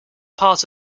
part